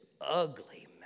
ugly